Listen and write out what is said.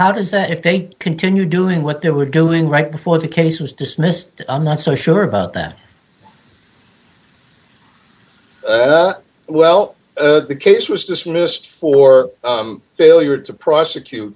how does that if they continue doing what they were doing right before the case was dismissed i'm not so sure about that well the case was dismissed for failure to prosecute